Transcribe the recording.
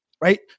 right